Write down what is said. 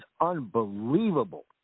unbelievable